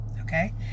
Okay